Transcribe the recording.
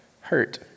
hurt